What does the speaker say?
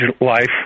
life